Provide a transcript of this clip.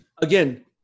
Again